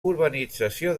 urbanització